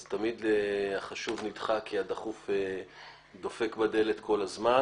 אז תמיד החשוב נדחה כי הדחוף דופק בדלת כל הזמן,